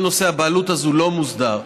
וכל נושא הבעלות לא מוסדר.